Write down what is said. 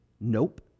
Nope